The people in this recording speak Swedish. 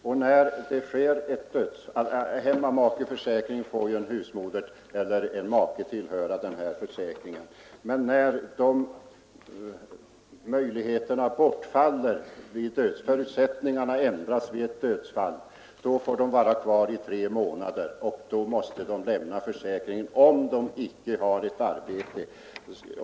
Make eller maka får tillhöra hemmamakeförsäkringen, men när förutsättningarna ändras vid dödsfall får han eller hon vara kvar i tre månader. Därefter måste den som inte har ett arbete lämna försäkringen.